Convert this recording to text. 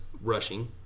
rushing